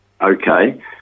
okay